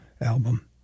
album